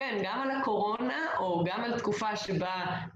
כן, גם על הקורונה, או גם על תקופה שבה...